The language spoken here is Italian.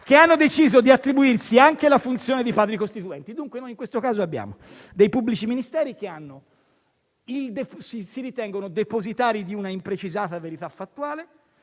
hanno deciso di attribuirsi anche la funzione di padri costituenti. In questo caso, quindi, abbiamo dei pubblici ministeri che si ritengono depositari di una imprecisata verità fattuale;